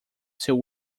seu